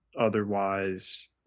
otherwise